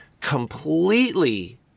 completely